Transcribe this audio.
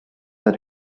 are